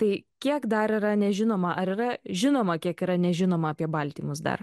tai kiek dar yra nežinoma ar yra žinoma kiek yra nežinoma apie baltymus dar